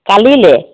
কালিলৈ